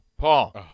Paul